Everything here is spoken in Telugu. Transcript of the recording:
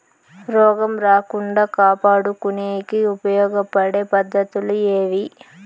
రోగం రాకుండా కాపాడుకునేకి ఉపయోగపడే పద్ధతులు ఏవి?